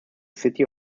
city